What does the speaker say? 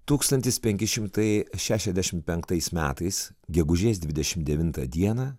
tūkstantis penki šimtai šešiasdešimt penktais metais gegužės dvidešimt devintą dieną